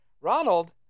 Ronald